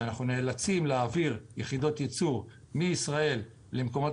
שאנחנו נאלצים להעביר יחידות ייצור מישראל למקומות